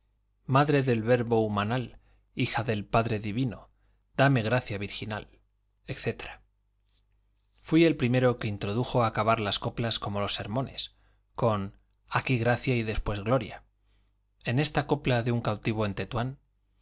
madre del verbo humanal hija del padre divino dame gracia virginal etc fui el primero que introdujo acabar las coplas como los sermones con aquí gracia y después gloria en esta copla de un cautivo de tetuán